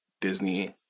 Disney